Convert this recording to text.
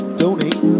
donate